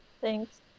Thanks